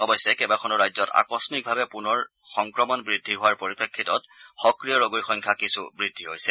অৱশ্যে কেইবাখনো ৰাজ্যত আকম্মিকভাৱে পুনৰ সংক্ৰমণ বৃদ্ধি হোৱাৰ পৰিপ্ৰেক্ষিতত সক্ৰিয় ৰোগীৰ সংখ্যা কিছু বৃদ্ধি হৈছে